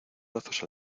brazos